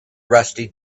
rusty